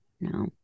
no